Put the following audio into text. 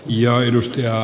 kannatan ed